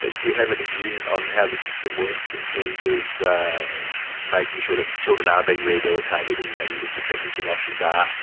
do you have any views on how the system works in terms of making sure that children are being rehabilitated and and the the sentencing options are,